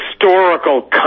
historical